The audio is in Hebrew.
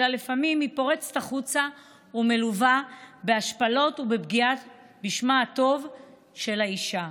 אלא לפעמים היא פורצת החוצה ומלווה בהשפלות ובפגיעה בשמה הטוב של האישה.